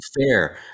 Fair